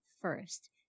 first